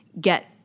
get